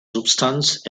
substanz